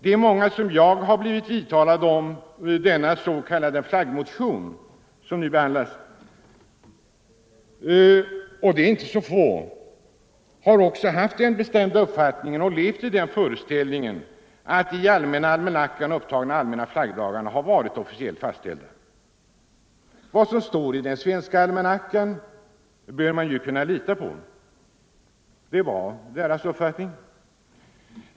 De många som vidtalat mig om denna s.k. flaggmotion som nu är föremål för riksdagens behandling — och de har inte varit få — har också haft den bestämda uppfattningen och levt i den föreställningen att de i almanackan upptagna allmänna flaggdagarna har varit officiellt fastställda. Vad som står i den svenska almanackan bör man ju kunna lita på. Det har varit deras uppfattning.